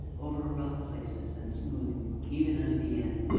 over rough places, and smooth even unto the end.